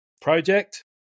Project